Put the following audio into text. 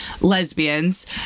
lesbians